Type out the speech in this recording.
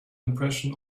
impression